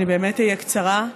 אני באמת אהיה קצרה.